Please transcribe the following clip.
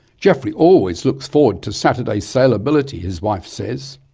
geoffrey always looks forward to saturday sailability his wife says.